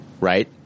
Right